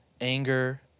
anger